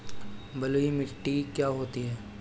बलुइ मिट्टी क्या होती हैं?